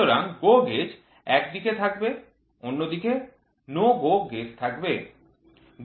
সুতরাং GO gauge একদিকে থাকবে অন্যদিকে NO GO gauge থাকবে